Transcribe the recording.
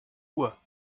uhr